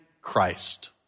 Christ